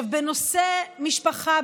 בנושא משפחה,